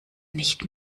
nicht